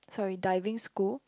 sorry diving school